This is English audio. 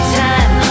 time